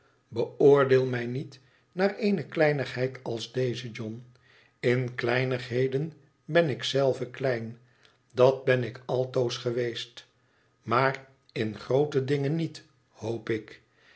beoordeel mij niet naar eene kleinigheid als deze john in kleinigheden ben ik zelve klein dat ben ik altoos geweest maar in groote dingen niet hoop ik